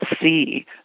see